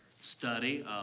Study